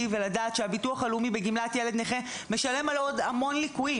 הביטוח הלאומי בגמלת ילד נכה משלם על עוד המון ליקויים.